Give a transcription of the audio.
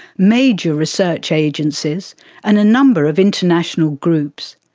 major research agencies and a number of international groups.